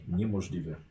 niemożliwe